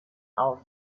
aus